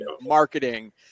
marketing